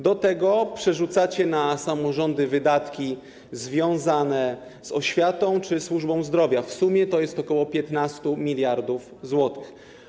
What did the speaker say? Do tego przerzucacie na samorządy wydatki związane z oświatą czy służbą zdrowia - w sumie jest to ok. 15 mld zł.